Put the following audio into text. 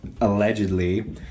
allegedly